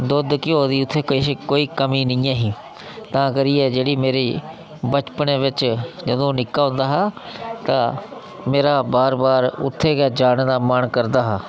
दुद्ध घ्यो दी उत्थै कोई कमी निं ऐ ही तां करियै जेह्ड़ी मेरी बचपनै बिच जदूं निक्का होंदा हा तां मेरा बार बार उत्थें गै जाने ई मन करदा हा